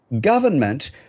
government